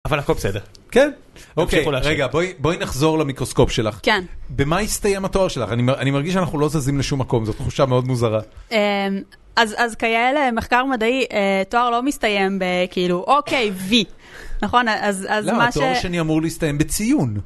אבל הכל בסדר. כן? אוקיי, רגע, בואי נחזור למיקרוסקופ שלך. כן. במה הסתיים התואר שלך? אני מרגיש שאנחנו לא זזים לשום מקום, זו תחושה מאוד מוזרה. אז כאלה מחקר מדעי, תואר לא מסתיים בכאילו, אוקיי V. נכון, אז מה ש... לא, התואר השני אמור להסתיים בציון.